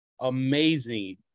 amazing